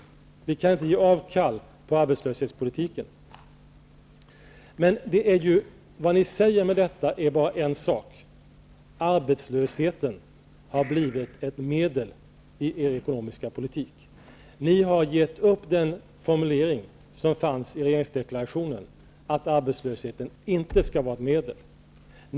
Vi kan inte ge avkall på vår ekonomiska politik. Vad ni säger med detta är bara en sak: Arbetslösheten har blivit ett medel i er ekonomiska politik. Ni har gett upp den formulering som fanns i regeringsdeklarationen om att arbetslösheten inte skall vara ett sådant medel.